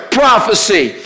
prophecy